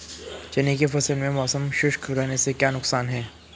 चने की फसल में मौसम शुष्क रहने से क्या नुकसान है?